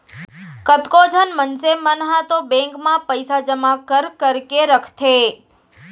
कतको झन मनसे मन ह तो बेंक म पइसा जमा कर करके रखथे